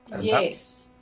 Yes